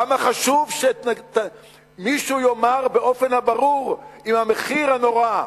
כמה חשוב שמישהו יאמר באופן הברור אם המחיר הנורא,